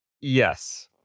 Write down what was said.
Yes